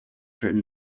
written